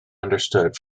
understood